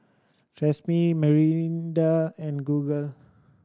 Tresemme Mirinda and Google